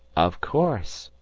of course,